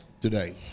today